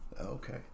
Okay